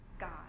God